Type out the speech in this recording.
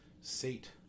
Sate